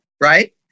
right